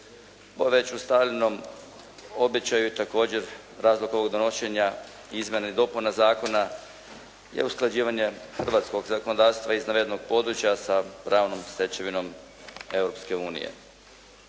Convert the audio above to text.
Po već ustaljenom običaju također razlog ovog donošenja izmjena i dopuna zakona je usklađivanje hrvatskog zakonodavstva iz navedenog područja sa pravnom stečevinom Europske unije.